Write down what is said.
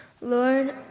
Lord